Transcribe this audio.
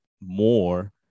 more